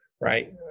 right